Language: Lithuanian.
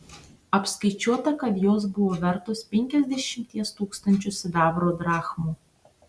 apskaičiuota kad jos buvo vertos penkiasdešimties tūkstančių sidabro drachmų